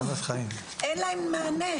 אין להן מענה.